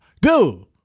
dude